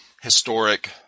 historic